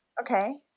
Okay